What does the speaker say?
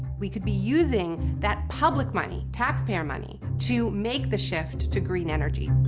we could be using that public money, tax-payer money, to make the shift to green energy.